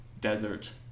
desert